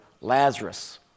Lazarus